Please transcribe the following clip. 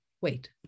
wait